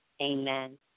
Amen